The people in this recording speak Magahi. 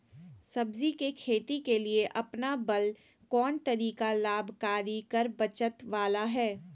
सब्जी के खेती के लिए अपनाबल कोन तरीका लाभकारी कर बचत बाला है?